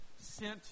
sent